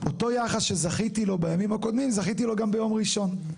אותו יחס שזכיתי לו בימים הקודמים זכיתי לו גם ביום ראשון.